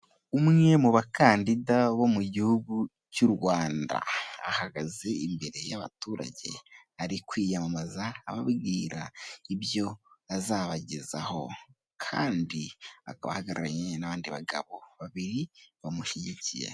Umwe mu bakandida bo mu gihugu cy'u rwanda ahagaze imbere y'abaturage ari kwiyamamaza ababwira ibyo azabagezaho kandiba ahagararanye n'undi bagabo babiri bamushyigikiye.